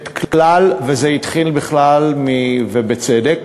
וזה התחיל בכלל, ובצדק,